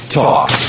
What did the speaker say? talk